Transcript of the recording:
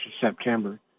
September